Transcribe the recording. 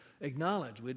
acknowledge